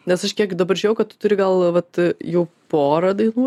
nes aš kiek dabar žiūrėjau kad tu turi gal vat jau porą dainų